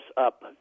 up